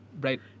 Right